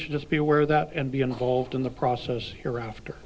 should just be aware that and be involved in the process here after